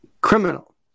criminal